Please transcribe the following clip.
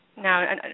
Now